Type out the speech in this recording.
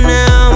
now